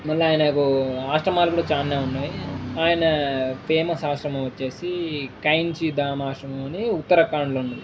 మళ్ళా ఆయనకు ఆశ్రమాలు కూడా చాలానే ఉన్నాయి ఆయన ఫేమస్ ఆశ్రమం వచ్చేసి కాయించీ దామ్ ఆశ్రమం అని ఉత్తరఖండ్లో ఉన్నది